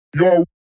Yo